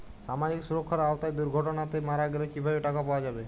সামাজিক সুরক্ষার আওতায় দুর্ঘটনাতে মারা গেলে কিভাবে টাকা পাওয়া যাবে?